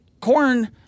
corn